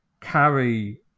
carry